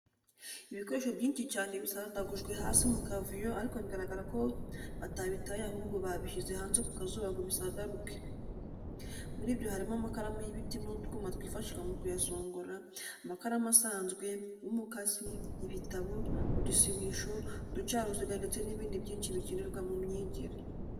Ibikoresho byinshi cyane bisandagujwe hasi mu kavuyo ariko bigaragara ko batabitaye ahubwo babishyize hanze ku kazuba ngo bisagaruke, muri byo harimo amakaramu y'ibiti n'utwuma twifashishwa mu kuyasongora, amakaramu asanzwe, umukasi, ibitabo, udusibisho, uducarusiga ndetse n'ibindi byinshi bikenerwa mu myigire.